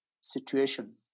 situation